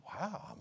wow